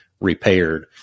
repaired